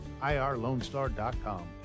IRLoneStar.com